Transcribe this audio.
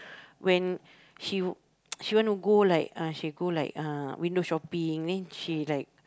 when she she wanna go like uh she go like uh window shopping then she like